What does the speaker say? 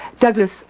Douglas